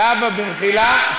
זהבה, במחילה.